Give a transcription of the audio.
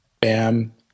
bam